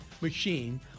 machine